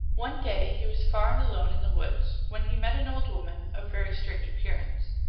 one day he was far and alone in the woods, when he met an old woman of very strange appear ance.